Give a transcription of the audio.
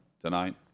tonight